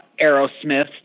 Aerosmith